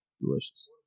Delicious